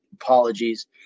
Apologies